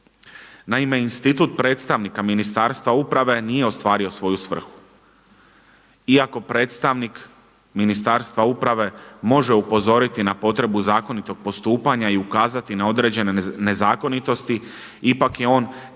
Naime, institut predstavnika Ministarstva uprave nije ostvario svoju svrhu. Iako predstavnik Ministarstva uprave može upozoriti na potrebu zakonitog postupanja i ukazati na određene nezakonitosti, ipak je on tek